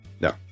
No